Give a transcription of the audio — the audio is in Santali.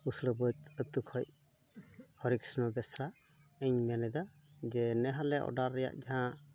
ᱱᱩᱥᱲᱟᱹᱵᱟᱹᱫ ᱟᱹᱛᱩ ᱠᱷᱚᱱ ᱦᱚᱨᱮᱠᱨᱤᱥᱱᱚ ᱵᱮᱥᱨᱟ ᱤᱧ ᱢᱮᱱ ᱮᱫᱟ ᱡᱮ ᱱᱮ ᱦᱟᱞᱮ ᱚᱰᱟᱨ ᱨᱮᱭᱟᱜ ᱡᱟᱦᱟᱸ